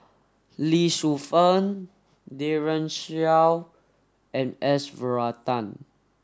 Lee Shu Fen Daren Shiau and S Varathan